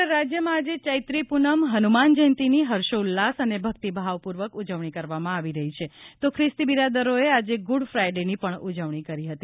સમગ્ર રાજ્યમાં આજે ચૈત્રી પૂનમ હનુમાન જયંતિની હર્ષોલ્લાસ અને ભક્તિભાવ પૂર્વક ઉજવણી કરવામાં આવી રહી છે તો ખ્રિસ્તી બિરાદરોએ આજે ગુડફાઇડેની પણ ઉજવણી કરી હતી